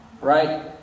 right